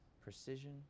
precision